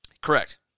Correct